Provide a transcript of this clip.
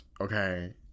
Okay